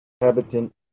inhabitant